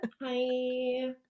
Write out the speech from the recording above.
Hi